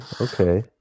Okay